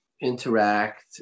interact